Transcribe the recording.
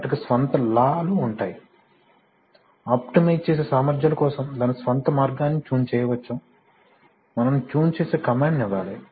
వాటికి స్వంత లా లు ఉంటాయి ఆప్టిమైజ్ చేసే సామర్ధ్యాలు కోసం దాని స్వంత మార్గాన్ని ట్యూన్ చేయవచ్చు మనము ట్యూన్ చేసే కమాండ్ ని ఇవ్వాలి